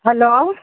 hello